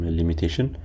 limitation